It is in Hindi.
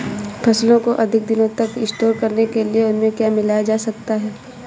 फसलों को अधिक दिनों तक स्टोर करने के लिए उनमें क्या मिलाया जा सकता है?